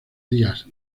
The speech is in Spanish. día